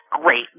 great